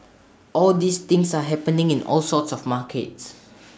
all these things are happening in all sorts of markets